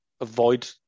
avoid